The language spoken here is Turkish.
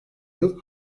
yıl